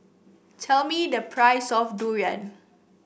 tell me the price of Durian